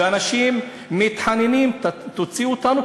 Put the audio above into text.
ואנשים מתחננים: תוציאו אותנו,